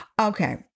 Okay